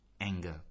anger